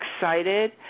excited